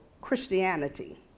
Christianity